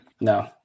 No